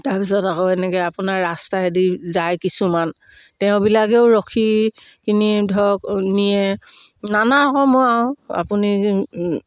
তাৰপিছত আকৌ এনেকে আপোনাৰ ৰাস্তাইদি যায় কিছুমান তেওঁবিলাকেও ৰখি কিনি ধৰক নিয়ে নানা ৰকমৰ আৰু আপুনি